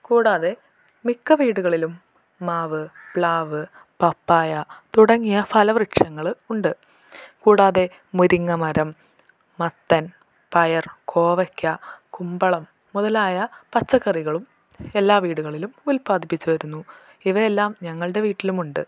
കൂടാതെ മിക്ക വീടുകളിലും മാവ് പ്ലാവ് പപ്പായ തുടങ്ങിയ ഫലവൃക്ഷങ്ങൾ ഉണ്ട് കൂടാതെ മുരിങ്ങ മരം മത്തൻ പയർ കോവയ്ക്ക കുമ്പളം മുതലായ പച്ചക്കറികളും എല്ലാ വീടുകളിലും ഉൽപാദിപ്പിച്ച് വരുന്നു ഇവയെല്ലാം ഞങ്ങളുടെ വീട്ടിലുമുണ്ട്